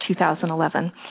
2011